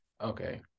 Okay